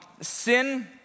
Sin